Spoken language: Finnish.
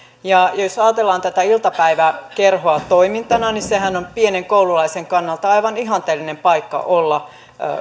jos ajatellaan tätä iltapäiväkerhoa toimintana niin sehän on pienen koululaisen kannalta aivan ihanteellinen paikka olla